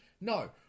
No